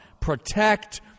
protect